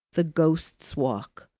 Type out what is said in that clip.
the ghost's walk.